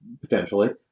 potentially